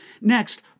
Next